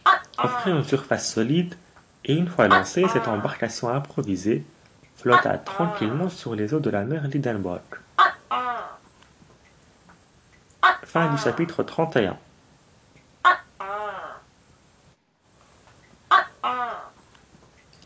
offraient une surface solide et une fois lancée cette embarcation improvisée flotta tranquillement sur les eaux de la mer